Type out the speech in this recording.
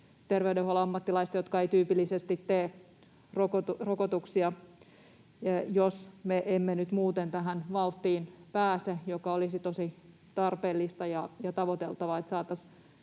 terveydenhuollon ammattilaiset, jotka eivät tyypillisesti tee rokotuksia, jos me emme nyt muuten tähän vauhtiin pääse, mikä olisi tosi tarpeellista ja tavoiteltavaa, niin että saataisiin